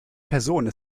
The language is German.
personen